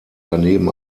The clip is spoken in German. daneben